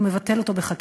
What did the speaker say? הוא מבטל בחקיקה.